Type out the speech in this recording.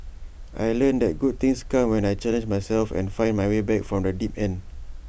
I learnt that good things come when I challenge myself and find my way back from the deep end